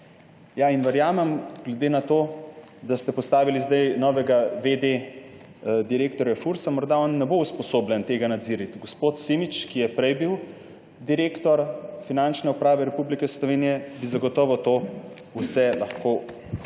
nadzor. Verjamem, glede na to, da ste zdaj postavili novega v. d. direktorja Fursa, da morda on ne bo usposobljen tega nadzirati. Gospod Simič, ki je bil prej direktor Finančne uprave Republike Slovenije, bi zagotovo to vse lahko spremljal